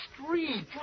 street